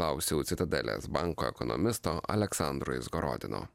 klausiau citadelės banko ekonomisto aleksandro izgorodino